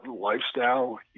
lifestyle